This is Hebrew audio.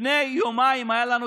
הנציב שהם, שקיבל את